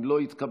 אם לא התקבלה,